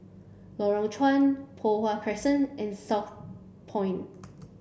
Lorong Chuan Poh Huat Crescent and Southpoint